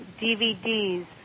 DVDs